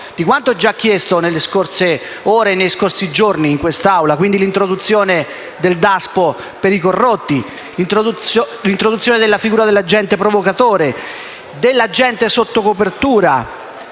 di quanto già chiesto negli scorsi giorni in quest'Aula, ovvero dell'introduzione del DASPO per i corrotti, dell'introduzione della figura dell'agente provocatore, dell'agente sotto copertura,